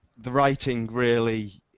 the writing really,